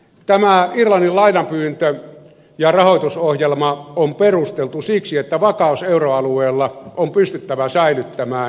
tämä irlannin lainapyyntö ja rahoitusohjelma on perusteltu siksi että vakaus euroalueella on pystyttävä säilyttämään